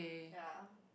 ya